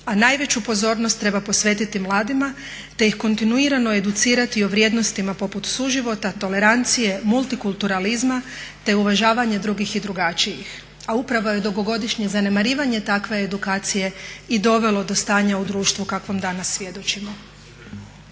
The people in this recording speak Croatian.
a najveću pozornost treba posvetiti mladima te ih kontinuirano educirati o vrijednostima poput suživota, tolerancije, multikulturalizma, te uvažavanja drugih i drugačijih, a upravo je dugogodišnje zanemarivanje takve edukacije i dovelo do stanja u društvu kakvom danas svjedočimo.